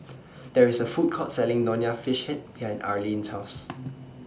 There IS A Food Court Selling Nonya Fish Head behind Arleen's House